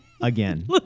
again